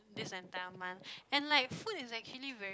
this entire month and like food is actually very